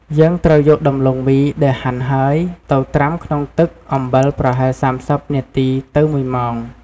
យើងត្រូវយកដំឡូងមីដែលហាន់ហើយ ទៅត្រាំក្នុងទឹកអំបិលប្រហែល ៣០ នាទីទៅ ១ ម៉ោង។